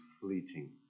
fleeting